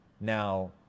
now